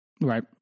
Right